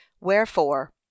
Wherefore